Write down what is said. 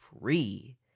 free